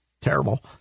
terrible